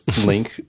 link